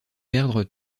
perdre